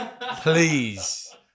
please